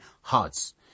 hearts